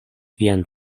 vian